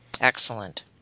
Excellent